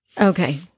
Okay